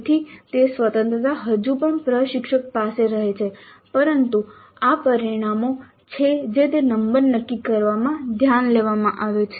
તેથી તે સ્વતંત્રતા હજુ પણ પ્રશિક્ષક પાસે રહે છે પરંતુ આ તે પરિમાણો છે જે તે નંબર નક્કી કરવામાં ધ્યાનમાં લેવામાં આવે છે